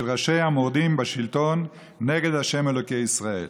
ראשי המורדים בשלטון נגד ה' אלוקי ישראל,